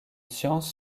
science